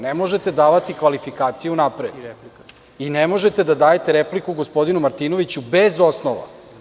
Ne možete davati kvalifikacije unapred i ne možete da dajete repliku gospodinu Martinoviću bez osnova.